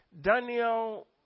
Daniel